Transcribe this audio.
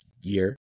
year